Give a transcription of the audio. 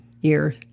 year